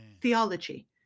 theology